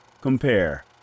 compare